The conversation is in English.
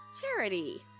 Charity